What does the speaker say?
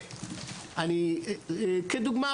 כדוגמה,